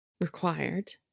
required